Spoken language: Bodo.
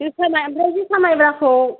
जोसा माइ आमफ्राय जोसा माइब्राखौ